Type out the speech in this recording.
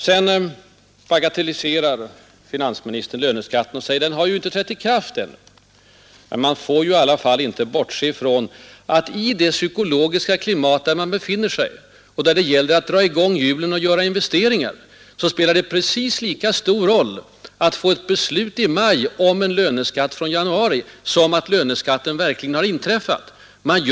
Finansministern bagatelliserar löneskatten och säger att den inte har trätt i kraft än. Man får i alla fall inte bortse ifrån att i det psykologiska klimat där vi befinner oss och när det gäller att dra i gång hjulen och göra investeringar spelar det precis lika stor roll att få ett beslut i maj om en löneskatt från januari som att löneskatten redan har kommit i tillämpning.